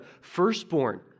firstborn